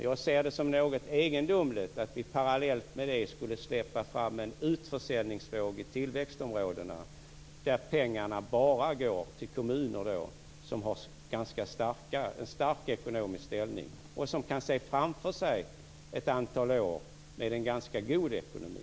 Jag ser det som något egendomligt att vi parallellt med det skulle släppa fram en utförsäljningsvåg i tillväxtområdena, där pengarna bara går till kommuner som har en ganska stark ekonomisk ställning och som kan se framför sig ett antal år med en ganska god ekonomi.